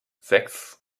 sechs